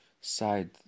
side